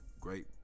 great